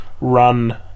run